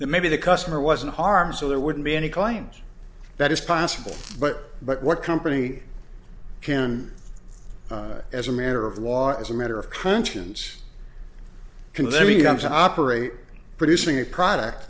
maybe the customer wasn't harmed so there wouldn't be any claims that it's possible but but what company can as a matter of law as a matter of conscience convince me i'm so operate producing a product